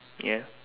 ya